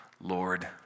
Lord